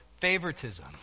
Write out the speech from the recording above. favoritism